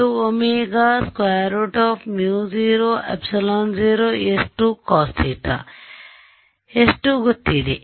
s2 ಗೊತ್ತಿದೆ